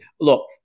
Look